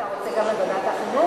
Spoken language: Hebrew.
אתה רוצה גם את ועדת החינוך?